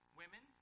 women